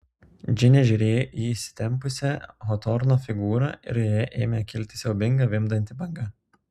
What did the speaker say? džinė žiūrėjo į įsitempusią hotorno figūrą ir joje ėmė kilti siaubinga vimdanti banga